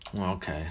Okay